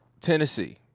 Tennessee